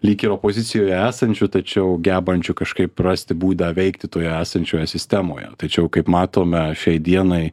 lyg ir opozicijoje esančiu tačiau gebančiu kažkaip rasti būdą veikti toje esančioje sistemoje tačiau kaip matome šiai dienai